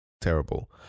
terrible